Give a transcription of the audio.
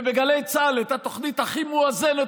ובגלי צה"ל הייתה תוכנית הכי מואזנת,